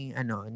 ano